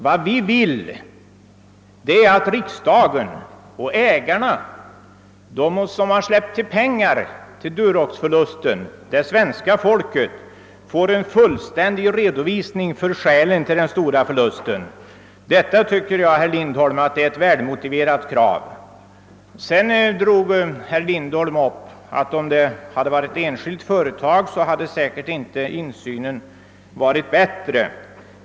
Vad vi vill är att riksdagen och ägarna, de som har släppt till pengar till Duroxförlusten, det svenska folket, skall få en fullständig redovisning för skälen till den stora förlusten. Detta tycker jag, herr Lindholm, är ett välmotiverat krav. Herr Lindholm gjorde gällande att om det hade varit ett enskilt företag, hade insynen säkert inte varit bättre.